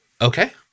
okay